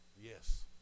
yes